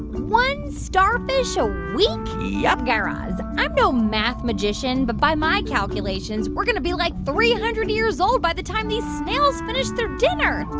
one starfish a week? yup guy raz, i'm no math magician. but by my calculations, we're going to be, like, three hundred years old by the time these snails finish their dinner.